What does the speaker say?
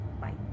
Bye